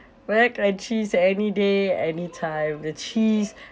mac and cheese any day any time the cheese